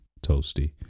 toasty